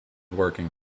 working